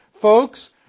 Folks